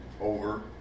Over